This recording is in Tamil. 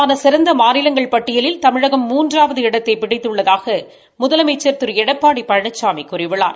ஏற்றுமதிக்கான சிறந்த மாநிலங்கள் பட்டியலில் தமிழகம் மூன்றாவது இடத்தை பிடித்துள்ளதாக முதலமைச்சி திரு எடப்பாடி பழனிசாமி கூறியுள்ளார்